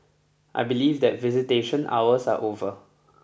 I believe that visitation hours are over